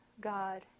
God